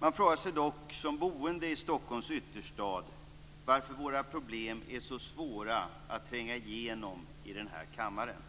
Man frågar sig dock som boende i Stockholms ytterstad varför våra problem har så svårt att tränga igenom i den här kammaren.